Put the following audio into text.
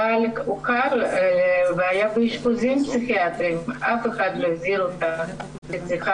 הבעל הוכר והיה באשפוזים פסיכיאטרים ואף אחד לא הזהיר אותה שהיא צריכה